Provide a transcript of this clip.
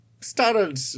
started